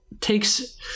takes